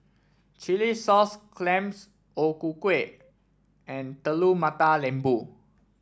Chilli Sauce Clams O Ku Kueh and Telur Mata Lembu